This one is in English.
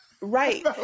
Right